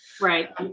right